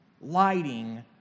lighting